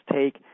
take